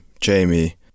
Jamie